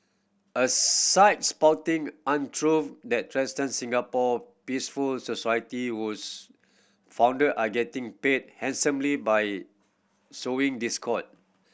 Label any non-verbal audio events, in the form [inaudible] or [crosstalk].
a site spouting untruth that [unintelligible] Singapore peaceful society whose founder are getting paid handsomely by sowing discord